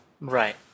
right